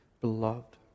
beloved